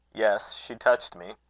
yes, she touched me.